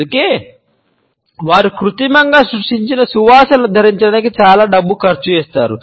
అందువల్ల వారు కృత్రిమంగా సృష్టించిన సువాసనలను ధరించడానికి చాలా డబ్బు ఖర్చు చేస్తారు